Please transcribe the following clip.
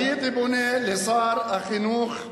הייתי פונה לשר החינוך,